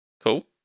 Cool